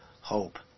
hope